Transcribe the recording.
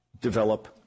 develop